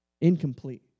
incomplete